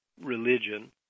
religion